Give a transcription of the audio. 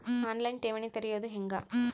On line ಠೇವಣಿ ತೆರೆಯೋದು ಹೆಂಗ?